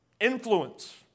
influence